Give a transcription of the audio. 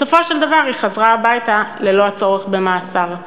בסופו של דבר היא חזרה הביתה ללא הצורך במאסר,